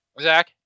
Zach